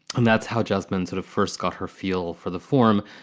and that's how jasmine sort of first got her feel for the form.